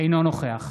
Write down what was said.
אינו נוכח